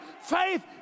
faith